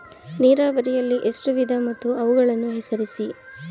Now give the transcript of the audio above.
ನೀರಾವರಿಯಲ್ಲಿ ಎಷ್ಟು ವಿಧ ಮತ್ತು ಅವುಗಳನ್ನು ಹೆಸರಿಸಿ?